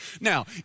Now